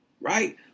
Right